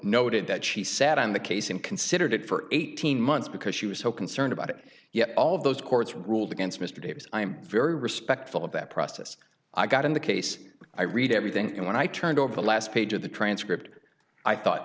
noted that she sat on the case and considered it for eighteen months because she was so concerned about it yet all of those courts ruled against mr davies i'm very respectful of that process i got in the case i read everything and when i turned over the last page of the transcript i thought